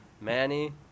Manny